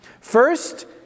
first